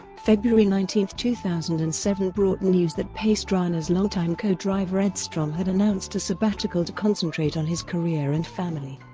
february nineteen, two thousand and seven brought news that pastrana's longtime co-driver edstrom had announced a sabbatical to concentrate on his career and family.